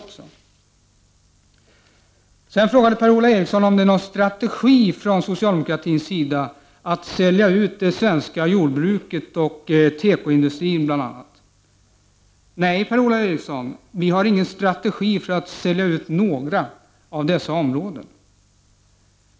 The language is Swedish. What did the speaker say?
13 december 1989 Per-Ola Eriksson frågade om det är någon strategi från socialdemokratins. = Tror doo sida att sälja ut bl.a. det svenska jordbruket och den svenska tekoindustrin. Nej, Per-Ola Eriksson, vi har ingen strategi för att sälja ut några av dessa områden.